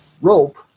rope